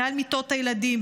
מעל מיטות הילדים,